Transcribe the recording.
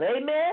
Amen